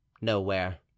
nowhere